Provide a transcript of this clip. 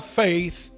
faith